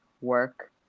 work